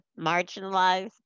marginalized